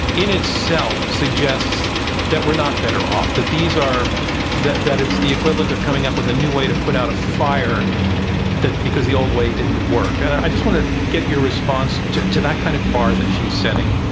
in itself, suggests that we're not better off. that these are that that it's the equivalent of coming up with a new way to put out a fire because the old way didn't work. and i just want to get your response to to that kind of bar that she's setting